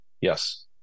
Yes